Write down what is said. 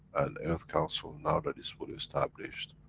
and earth council, now that it's fully established.